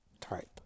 type